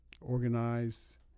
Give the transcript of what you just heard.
organize